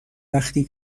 وقتی